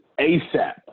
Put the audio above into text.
ASAP